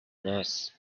nest